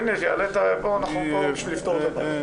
הנה, אנחנו פה בשביל לפתור את הבעיות.